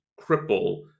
cripple